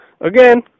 Again